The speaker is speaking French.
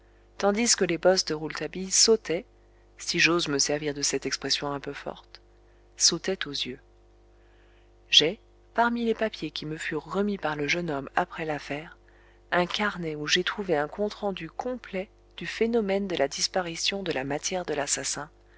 tandis que les bosses de rouletabille sautaient si j'ose me servir de cette expression un peu forte sautaient aux yeux j'ai parmi les papiers qui me furent remis par le jeune homme après l'affaire un carnet où j'ai trouvé un compte rendu complet du phénomène de la disparition de la matière de l'assassin